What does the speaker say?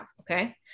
Okay